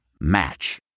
Match